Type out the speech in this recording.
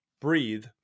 breathe